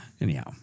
Anyhow